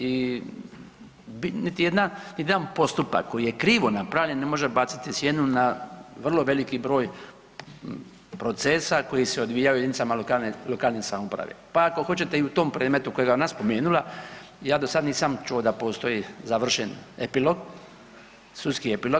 I niti jedan postupak koji je krivo napravljen ne može baciti sjenu na vrlo veliki broj procesa koji se odvijaju u jedinicama lokalne samouprave, pa ako hoćete u tom predmetu kojega je ona spomenula ja do sada nisam čuo da postoji završen epilog, sudski epilog.